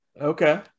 okay